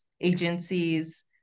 agencies